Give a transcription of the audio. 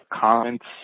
comments